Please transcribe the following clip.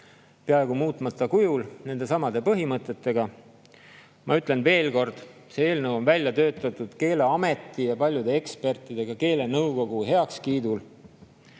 peaaegu muutmata kujul, nendesamade põhimõtetega. Ma ütlen veel kord: see eelnõu on välja töötatud Keeleameti ja paljude ekspertide ja ka keelenõukogu heakskiidul.